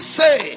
say